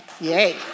Yay